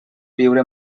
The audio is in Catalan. viure